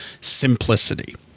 simplicity